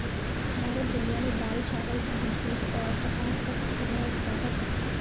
भारत दुनिया में दाल, चावल, दूध, जूट और कपास का सबसे बड़ा उत्पादक है